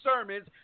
sermons